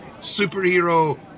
superhero